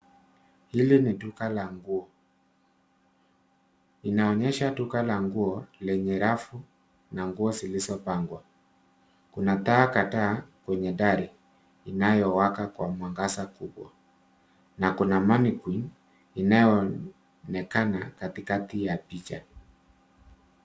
Hili ni duka la nguo. Linaonyesha duka la nguo lenye rafu na nguo zilizopangwa. Kuna taa kwa taa kwenye dari inayowaka kwa mwangaza kubwa na kuna cs[mannequine]cs inayoonekana katikati ya picha.